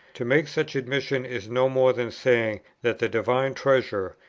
to make such admission is no more than saying that the divine treasure,